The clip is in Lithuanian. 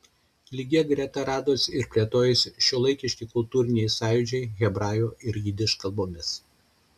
lygia greta radosi ir plėtojosi šiuolaikiški kultūriniai sąjūdžiai hebrajų ir jidiš kalbomis